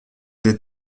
des